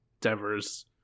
Devers